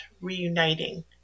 reuniting